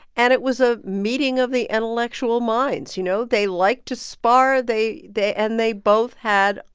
and it was a meeting of the intellectual minds. you know, they liked to spar. they they and they both had,